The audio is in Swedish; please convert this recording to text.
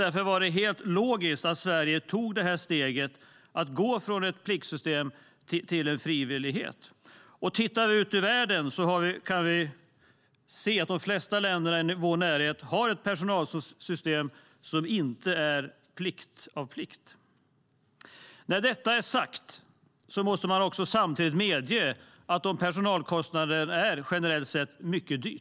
Därför var det helt logiskt att Sverige tog steget att gå från ett pliktsystem till en frivillighet. Tittar vi ut i världen kan vi se att de flesta länderna i vår närhet har ett personalsystem som inte är grundat på plikt. När detta är sagt måste man samtidigt medge att personalkostnader generellt sett är mycket höga.